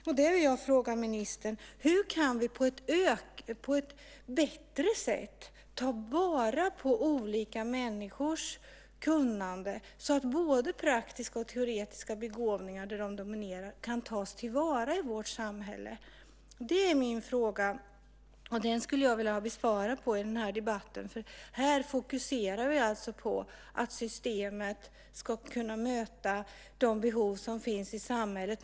Jag vill fråga ministern: Hur kan vi på ett bättre sätt ta vara på olika människors kunnande så att både praktiska och teoretiska begåvningar, där de dominerar, kan tas till vara i vårt samhälle? Jag skulle vilja få svar på den frågan i debatten. Här fokuserar vi på att systemet ska kunna möta de behov som finns i samhället.